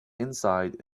inside